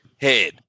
head